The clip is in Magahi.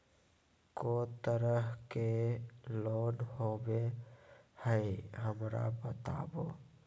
को तरह के लोन होवे हय, हमरा बताबो?